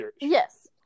Yes